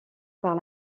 par